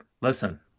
listen